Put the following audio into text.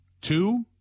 Two